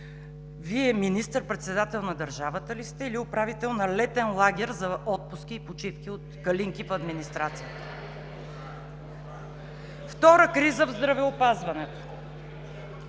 Вие министър-председател на държавата ли сте, или управител на летен лагер за отпуски и почивки от калинки в администрацията? (Шум и реплики от